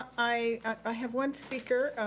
i i have one speaker,